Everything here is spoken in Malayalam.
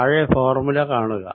താഴെ ഫോർമുല കാണുക